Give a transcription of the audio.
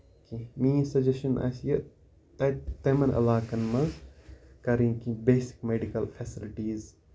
کینٛہہ میٲںۍ سَجیشن آسہِ یہِ تَتہِ تِمن علاقن منٛز کَرٕنۍ کیٚنٛہہ بیسِک میڈکل فیسلٹیٖز